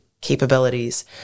capabilities